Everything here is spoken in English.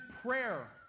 prayer